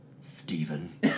Stephen